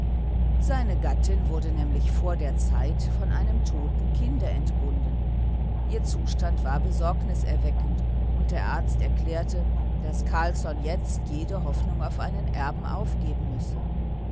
seine gattin wurde nämlich vor der zeit von einem toten kinde entbunden ihr zustand war besorgniserweckend und der arzt erklärte daß carlsson jetzt jede hoffnung auf einen erben aufgeben müsse